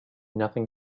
nothing